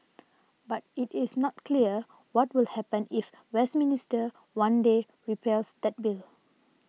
but it is not clear what will happen if Westminster one day repeals that bill